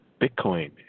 Bitcoin